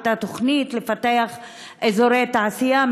הייתה תוכנית לפתח אזורי תעשייה,